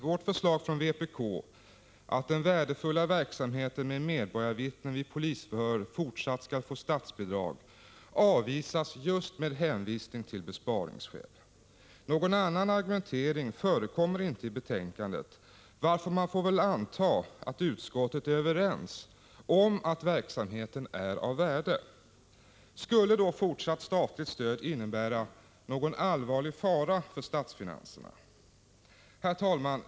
Vårt förslag från vpk att den värdefulla verksamheten med medborgarvittnen vid polisförhör skall få fortsatt statsbidrag avvisas just med hänvisning till besparingsskäl. Någon annan argumentering förekommer inte i betänkandet, varför man väl får anta att utskottet anser att verksamheten är av värde. Skulle då fortsatt statligt stöd innebära någon allvarlig fara för statsfinanserna? Herr talman!